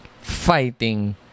fighting